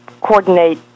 coordinate